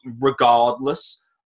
regardless